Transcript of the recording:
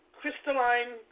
crystalline